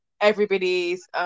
everybody's